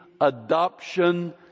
adoption